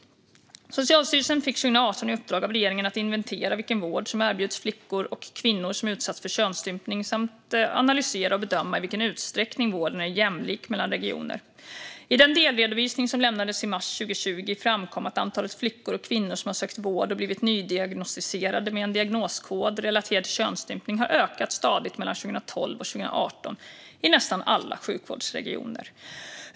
Socialstyrelsen fick 2018 i uppdrag av regeringen att inventera vilken vård som erbjuds flickor och kvinnor som utsatts för könsstympning samt analysera och bedöma i vilken utsträckning vården är jämlik mellan regioner. I den delredovisning som lämnades i mars 2020 framkom att antalet flickor och kvinnor som har sökt vård och blivit nydiagnostiserade med en diagnoskod relaterad till könsstympning har ökat stadigt mellan 2012 och 2018 i nästan alla sjukvårdsregioner.